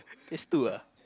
this two ah